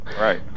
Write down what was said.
right